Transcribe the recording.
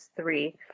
three